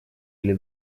или